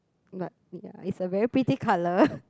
but ya it is a very pretty colour